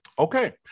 Okay